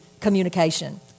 communication